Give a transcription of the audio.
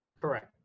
Correct